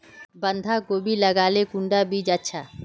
बंधाकोबी लगाले कुंडा बीज अच्छा?